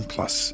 Plus